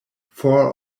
four